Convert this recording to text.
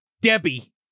Debbie